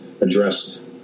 addressed